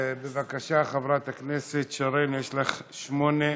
בבקשה, חברת הכנסת שרן, יש לך שמונה דקות.